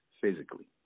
physically